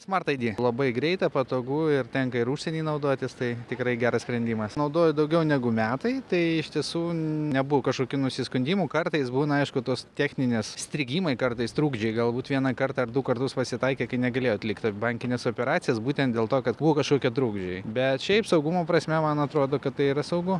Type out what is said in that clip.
smart id labai greita patogu ir tenka ir užsieny naudotis tai tikrai geras sprendimas naudoju daugiau negu metai tai iš tiesų nebuvo kažkokių nusiskundimų kartais būna aišku tos techninės strigimai kartais trukdžiai galbūt vieną kartą ar du kartus pasitaikė kai negalijau atlikti bankines operacijas būtent dėl to kad buvo kažkokie trukdžiai bet šiaip saugumo prasme man atrodo kad tai yra saugu